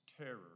terror